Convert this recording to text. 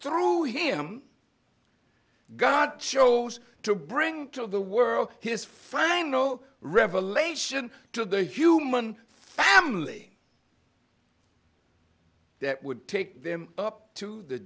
through him god chose to bring to the world his final revelation to the human family that would take them up to the